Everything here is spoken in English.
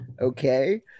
okay